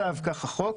כך הצו.